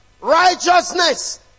Righteousness